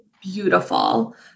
beautiful